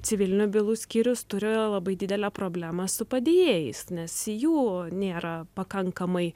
civilinių bylų skyrius turi labai didelę problemą su padėjėjais nes jų nėra pakankamai